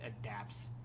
adapts